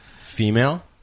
female